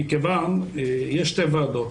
יש שתי ועדות.